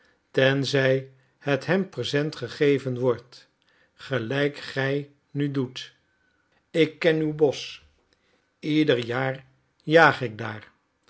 tenzij het hem present gegeven wordt gelijk gij nu doet ik ken uw bosch ieder jaar jaag ik daar